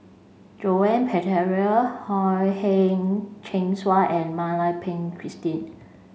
Joan Pereira Ha Heng Cheng Swa and Mak Lai Peng Christine